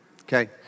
Okay